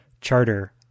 charter